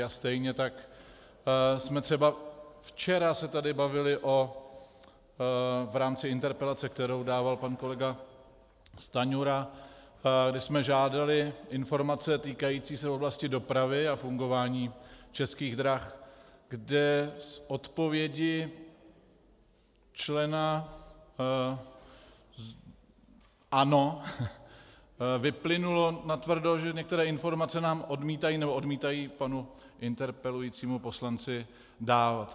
A stejně tak jsme se třeba včera tady bavili v rámci interpelace, kterou dával pan kolega Stanjura, kdy jsme žádali informace týkající se oblasti dopravy a fungování Českých drah, kde z odpovědi člena ANO vyplynulo natvrdo, že některé informace nám odmítají, nebo odmítají panu interpelujícímu poslanci dávat.